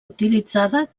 utilitzada